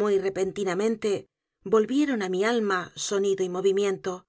muy repentinamente volvieron á mi alma sonido y movimiento